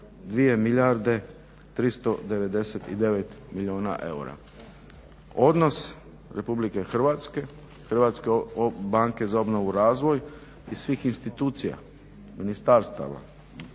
2 milijarde 399 milijuna eura. Odnos Republike Hrvatske, Hrvatske banke za obnovu i razvoj i svih institucija, ministarstava,